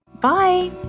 bye